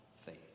faith